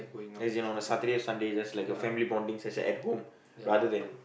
as in on the Saturday Sunday just like a family bonding session at home rather than